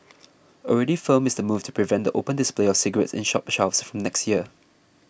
already firm is the move to prevent the open display of cigarettes in shop shelves from next year